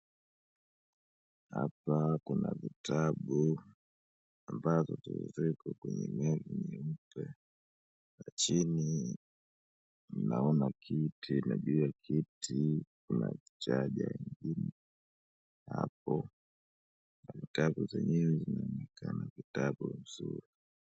Hapa kuna vitabu ambavyo viko kwenye meza na chini naona kiti na juu ya kiti kuna charger hapo na vitabu zenyewe ni vitabu nzuri.